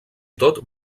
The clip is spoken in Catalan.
tot